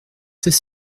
c’est